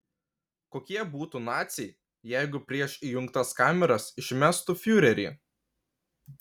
kokie būtų naciai jeigu prieš įjungtas kameras išmestų fiurerį